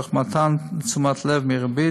תוך מתן תשומת לב מרבית,